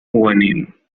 juvenil